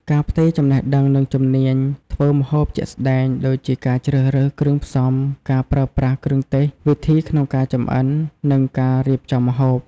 ការផ្ទេរចំណេះដឹង និងជំនាញធ្វើម្ហូបជាក់ស្តែង ដូចជាការជ្រើសរើសគ្រឿងផ្សំ ការប្រើប្រាស់គ្រឿងទេស វិធីក្នុងការចម្អិន និងការរៀបចំម្ហូប។